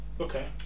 Okay